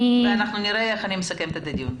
ואני אסכם את הדיון.